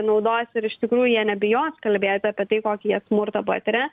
naudos ir iš tikrųjų jie nebijos kalbėti apie tai kokį jie smurtą patiria